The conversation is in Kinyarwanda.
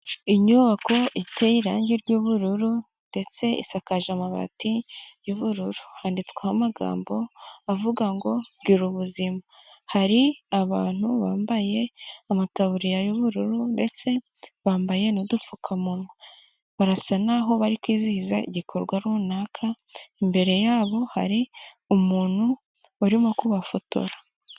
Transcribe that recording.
Inyubako iteye irangi ry'ubururu ndetse isakaje amabati y'ubururu. Handitsweho amagambo avuga ngo gira ubuzima. Hari abantu bambaye amataburiya y'ubururu ndetse bambaye n'udupfukamunwa. Barasa naho bari kwizihiza igikorwa runaka. Imbere yabo hari umuntu urimo kubafotora.